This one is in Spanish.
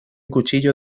cuchillo